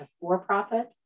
for-profit